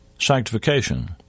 Sanctification